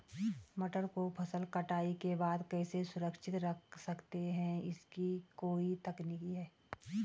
मटर को फसल कटाई के बाद कैसे सुरक्षित रख सकते हैं इसकी कोई तकनीक है?